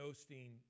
Osteen